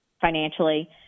financially